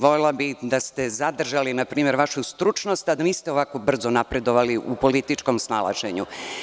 Volela bih da ste zadržali npr. vašu stručnost, a da niste ovako brzo napredovali u političkom snalaženju.